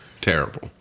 terrible